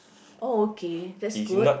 oh okay that's good